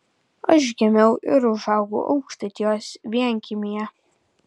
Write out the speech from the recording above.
aš gimiau ir užaugau aukštaitijos vienkiemyje